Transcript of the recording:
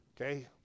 okay